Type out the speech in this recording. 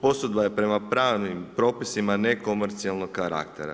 Posudba je prema pravnim propisima nekomercijalnog karaktera.